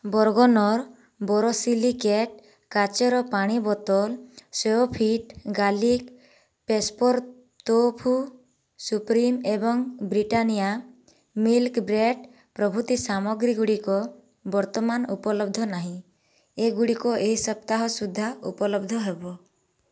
Bergner borosilicate କାଚର ପାଣି ବୋତଲ Soyfit garlic pepper tofu supreme ଏବଂ ବ୍ରିଟାନିଆ ମିଲ୍କ୍ ବ୍ରେଡ଼୍ ପ୍ରଭୃତି ସାମଗ୍ରୀ ଗୁଡ଼ିକ ବର୍ତ୍ତମାନ ଉପଲବ୍ଧ ନାହିଁ ଏଗୁଡ଼ିକ ଏହି ସପ୍ତାହ ସୁଦ୍ଧା ଉପଲବ୍ଧ ହେବ